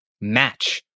match